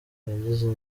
yagize